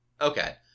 Okay